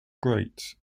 grate